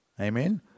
Amen